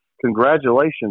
congratulations